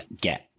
get